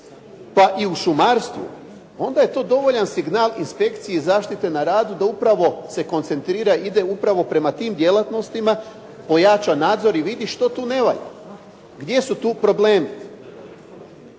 pa i u šumarstvu, onda je to dovoljan signal inspekciji zaštite na radu da upravo se koncentrira, ide upravo prema tim djelatnostima, pojača nadzor i vidi što tu ne valja. Gdje su tu problemi?